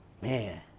man